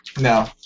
No